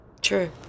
True